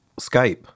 Skype